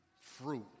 fruit